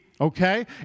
okay